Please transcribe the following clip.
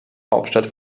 hauptstadt